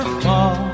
fall